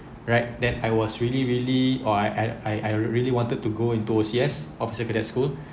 right that I was really really oh I I really wanted to go into O_C_S officer cadet school